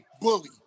Bully